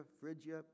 Phrygia